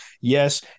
Yes